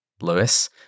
Lewis